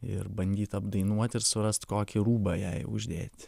ir bandyt apdainuoti ir surast kokį rūbą jai uždėt